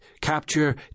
capture